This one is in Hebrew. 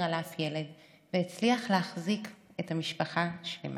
על אף ילד והצליח להחזיק את המשפחה שלמה.